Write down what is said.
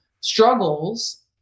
struggles